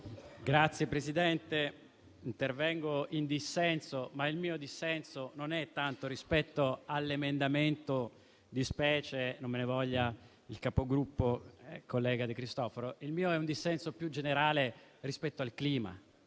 Signora Presidente, intervengo in dissenso, ma il mio dissenso non è tanto rispetto all'emendamento di specie, non me ne voglia il collega De Cristofaro. Il mio è un dissenso più generale rispetto al clima,